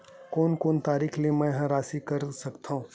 कोन कोन तरीका ले मै ह राशि कर सकथव?